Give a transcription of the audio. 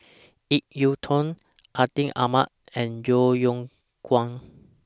Ip Yiu Tung Atin Amat and Yeo Yeow Kwang